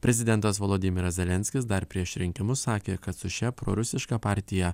prezidentas volodymyras zelenskis dar prieš rinkimus sakė kad su šia prorusiška partija